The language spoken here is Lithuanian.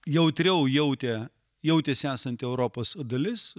jautriau jautė jautėsi esanti europos dalis